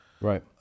Right